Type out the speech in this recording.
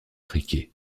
riquet